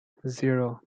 zero